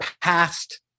past